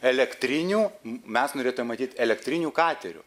elektriniu mes norėtume matyt elektriniu kateriu